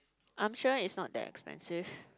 I'm sure is not that expensive